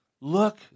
look